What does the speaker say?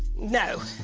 no.